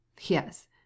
Yes